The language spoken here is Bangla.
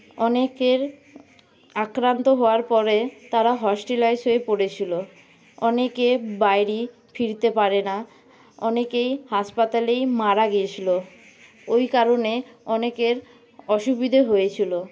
অনেকের আক্রান্ত হওয়ার পরে তারা হসটিলাইজ হয়ে পড়েছিলো অনেকে বাড়ি ফিরতে পারে না অনেকেই হাসপাতালেই মারা গিয়েছিলো ওই কারণে অনেকের অসুবিধে হয়েছিলো